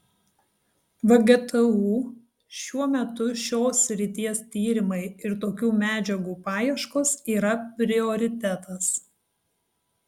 vgtu šiuo metu šios srities tyrimai ir tokių medžiagų paieškos yra prioritetas